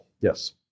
Yes